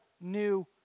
new